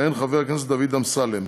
יכהן חבר הכנסת דוד אמסלם.